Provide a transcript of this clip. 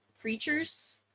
creatures